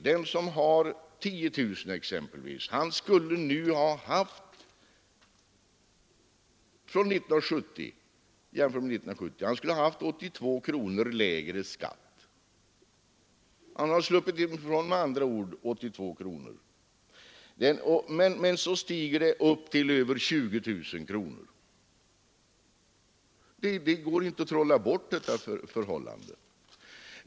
Den som exempelvis har 10000 kronor i inkomst skulle nu, jämfört med år 1970, ha haft 82 kronor lägre skatt, och han har med andra ord sluppit 82 kronor. Men så stiger inkomsten till 20 000 kronor, och det går inte att trolla bort detta förhållande.